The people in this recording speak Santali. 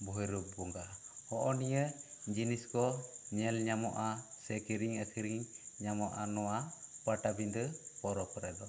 ᱵᱷᱳᱭᱨᱳᱵ ᱵᱚᱸᱜᱟ ᱦᱚᱜᱼᱚᱭ ᱱᱤᱭᱟᱹ ᱡᱤᱱᱤᱥ ᱠᱚ ᱧᱮᱞ ᱧᱟᱢᱚᱜᱼᱟ ᱥᱮ ᱠᱤᱨᱤᱧ ᱟᱹᱠᱷᱨᱤᱧ ᱧᱟᱢᱚᱜᱼᱟ ᱱᱚᱣᱟ ᱯᱟᱴᱟᱵᱤᱸᱰᱟᱹ ᱯᱚᱨᱚᱵᱽ ᱨᱮ ᱫᱚ